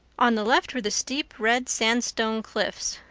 on the left were the steep red sandstone cliffs,